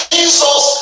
Jesus